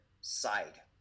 side